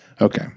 Okay